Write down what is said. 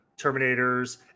Terminators